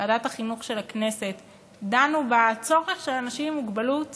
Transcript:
של הכנסת דנו בצורך של אנשים עם מוגבלות